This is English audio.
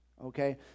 Okay